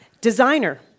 Designer